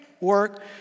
work